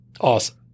Awesome